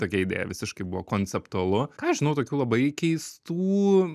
tokia idėja visiškai buvo konceptualu ką aš žinau tokių labai keistų